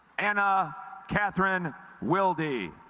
anna katherine wildy